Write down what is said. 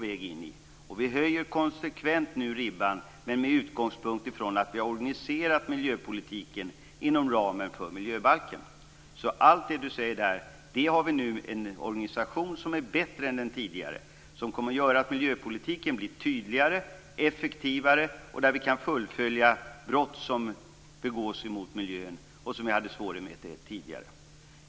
Vi höjer nu konsekvent ribban men med utgångspunkt från att miljöpolitiken är organiserad inom ramen för miljöbalken. Vi har nu en organisation som är bättre än tidigare. Det kommer att göra att miljöpolitiken blir tydligare och effektivare. Det gör det också möjligt att följa upp brott som begås mot miljön, vilket vi hade svårigheter med tidigare.